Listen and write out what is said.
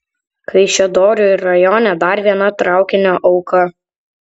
kaišiadorių rajone dar viena traukinio auka